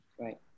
Right